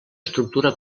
estructura